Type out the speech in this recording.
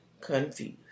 confused